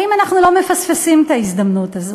האם אנחנו לא מפספסים את ההזדמנות הזאת?